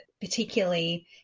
particularly